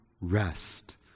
Rest